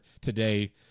today